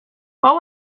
what